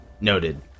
Noted